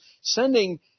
sending